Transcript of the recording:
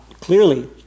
clearly